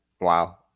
Wow